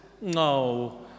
No